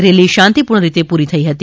rally શાંતિપૂર્ણ રીતે પૂરી થયી હતી